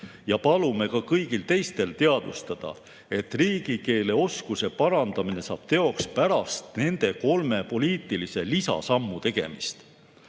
ja palume ka kõigil teistel teadvustada, et riigikeele oskuse parandamine saab teoks pärast nende kolme poliitilise lisasammu tegemist.